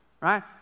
right